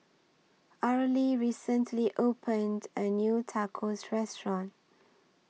Arely recently opened A New Tacos Restaurant